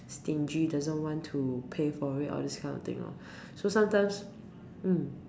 stingy doesn't want to pay for it all these kind of thing lor so sometimes mm